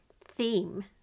theme